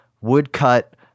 woodcut